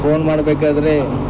phone ಮಾಡ್ಬೇಕಾದರೆ